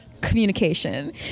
Communication